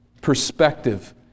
perspective